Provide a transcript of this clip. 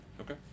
Okay